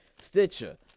Stitcher